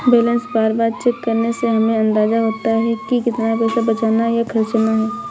balance बार बार check करने से हमे अंदाज़ा होता है की कितना पैसा बचाना या खर्चना है